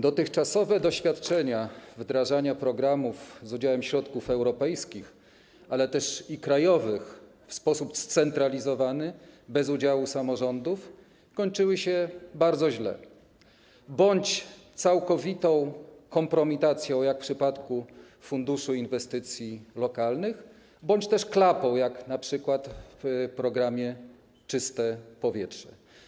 Dotychczasowe doświadczenia wdrażania programów z udziałem środków europejskich, ale też i krajowych, w sposób scentralizowany, bez udziału samorządów kończyły się bardzo źle: bądź całkowitą kompromitacją, jak w przypadku Rządowego Funduszu Inwestycji Lokalnych, bądź też klapą, jak w przypadku programu „Czyste powietrze”